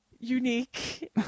unique